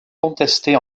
contestés